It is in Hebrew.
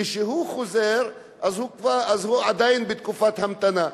כשהוא חוזר הוא עדיין בתקופת המתנה.